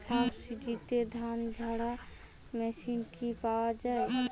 সাবসিডিতে ধানঝাড়া মেশিন কি পাওয়া য়ায়?